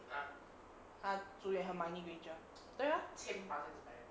他住院他 hermoine granger 对吗